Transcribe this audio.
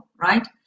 right